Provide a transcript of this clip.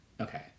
okay